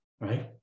Right